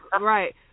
Right